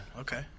Okay